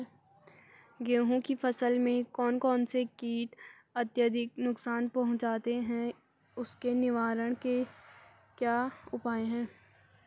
गेहूँ की फसल में कौन कौन से कीट अत्यधिक नुकसान पहुंचाते हैं उसके निवारण के क्या उपाय हैं?